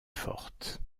forte